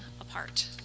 apart